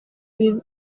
ibi